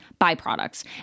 byproducts